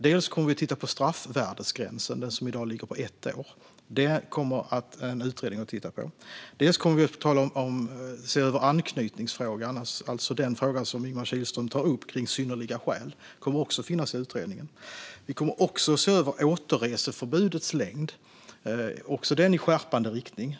Vi kommer att titta på straffvärdesgränsen, som i dag ligger på ett år. Detta kommer en utredning att titta på. Vi kommer att se över anknytningsfrågan, alltså den fråga som Ingemar Kihlström tagit upp och som gäller synnerliga skäl. Detta kommer också att finnas med i utredningen. Vi kommer att se över återreseförbudets längd, även det i skärpande riktning.